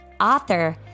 author